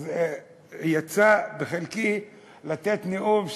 אז יצא בחלקי לתת נאום,